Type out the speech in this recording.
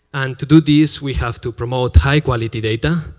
and to do this, we have to promote high-quality data.